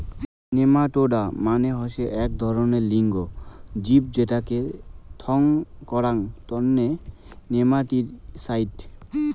nematoda মানে হসে আক ধরণের লিঙ্গ জীব এটোকে থং করাং তন্ন নেমাটিসাইড